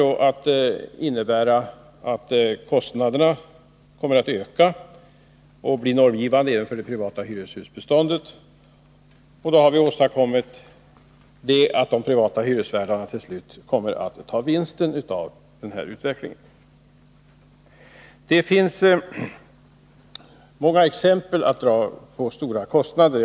Detta innebär att kostnaderna kommer att öka och bli normgivande även för det privata hyreshusbeståndet. Därmed har vi åstadkommit att de privata hyresvärdarna till slut kommer att ta hem vinsten av den här utvecklingen. Det finns många exempel på stora kostnader.